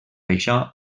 això